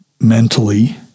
mentally